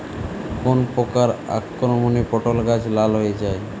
কোন প্রকার আক্রমণে পটল গাছ লাল হয়ে যায়?